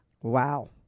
Wow